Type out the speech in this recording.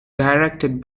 directed